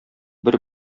бер